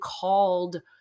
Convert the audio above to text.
called